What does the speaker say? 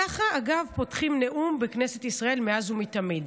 ככה, אגב, פותחים נאום בכנסת ישראל מאז ומתמיד.